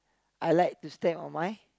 I like to stay on my